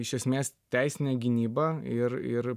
iš esmės teisine gynyba ir ir